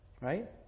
right